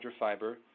hydrofiber